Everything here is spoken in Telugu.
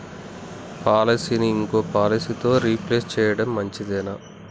పాలసీని ఇంకో పాలసీతో రీప్లేస్ చేయడం మంచిదేనా?